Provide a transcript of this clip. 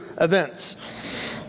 events